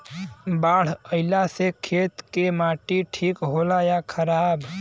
बाढ़ अईला से खेत के माटी ठीक होला या खराब?